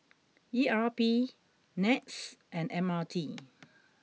E R P Nets and M R T